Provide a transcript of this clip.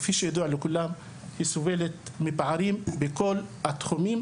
כפי שידוע לכולם, היא סובלת מפערים בכל התחומים.